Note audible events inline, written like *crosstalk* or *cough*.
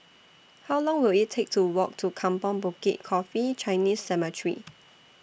How Long Will IT Take to Walk to Kampong Bukit Coffee Chinese Cemetery *noise*